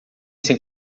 sem